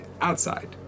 outside